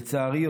לצערי,